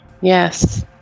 Yes